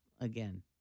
again